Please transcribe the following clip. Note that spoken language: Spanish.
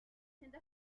siendo